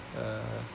uh